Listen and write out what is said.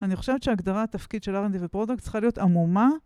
אני חושבת שההגדרת תפקיד של R&D ופרודוקט צריכה להיות עמומה,